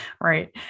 Right